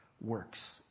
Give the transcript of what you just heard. works